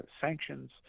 sanctions